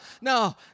no